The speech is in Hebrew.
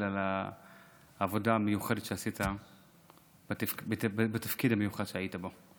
את העבודה המיוחדת שעשית בתפקיד המיוחד שהיית בו.